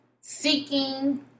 seeking